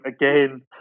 again